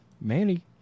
Manny